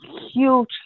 huge